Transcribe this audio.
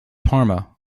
parma